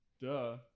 Duh